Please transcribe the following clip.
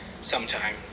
sometime